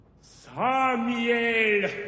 Samuel